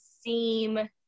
seem